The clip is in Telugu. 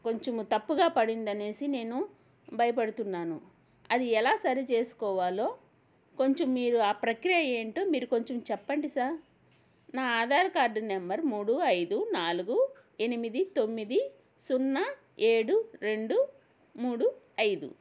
కొంచెం తప్పుగా పడిందనేసి నేను భయపడుతున్నాను అది ఎలా సరి చేేసుకోవాలో కొంచెం మీరు ఆ ప్రక్రియ ఏంటో మీరు కొంచెం చెప్పండి సార్ నా ఆధార్ కార్డ్ నెంబర్ మూడు ఐదు నాలుగు ఎనిమిది తొమ్మిది సున్నా ఏడు రెండు మూడు ఐదు